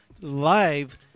live